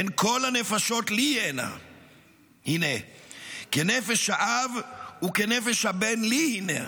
הן כל הנפשות לי הנה כנפש האב וכנפש הבן לי הנה